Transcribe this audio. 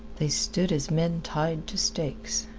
they stood as men tied to stakes.